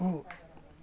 गु